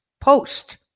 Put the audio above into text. post